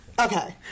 Okay